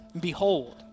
Behold